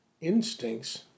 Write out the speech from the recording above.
instincts